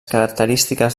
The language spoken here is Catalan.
característiques